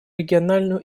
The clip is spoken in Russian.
региональную